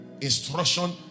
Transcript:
Instruction